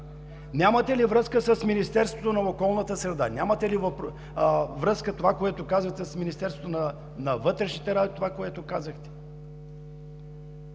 Нямате ли връзка с Министерството на околната среда? Нямате ли връзка с Министерството на вътрешните работи